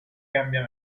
cambia